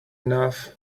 enough